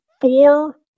four